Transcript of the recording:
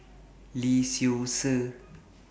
Lee Seow Ser